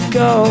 go